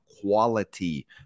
quality